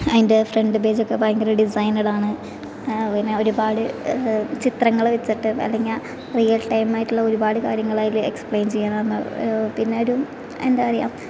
അതിൻ്റെ ഫ്രണ്ട് പേജൊക്കെ ഭയങ്കര ഡിസൈന്ഡ് ആണ് പിന്നെ ഒരുപാട് ചിത്രങ്ങൾ വെച്ചിട്ട് അല്ലെങ്കിൽ റിയൽ ടൈമായിട്ടുള്ള ഒരുപാട് കാര്യങ്ങൾ അതിൽ എക്സ്പ്ലൈൻ ചെയ്യണം പിന്നെ ഒരു എന്താപറയുക